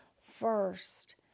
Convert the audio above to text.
first